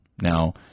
Now